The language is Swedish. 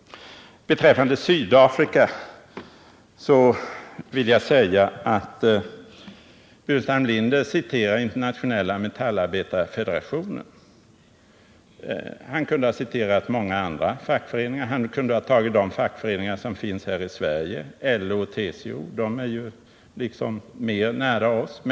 Beträffande diskussionen om Sydafrika nämner herr Burenstam Linder Internationella metallarbetarfederationen. Han kunde ha hänvisat till andra fackföreningsuttalanden, t.ex. från LO och TCO här i Sverige, vilka ligger mer nära oss.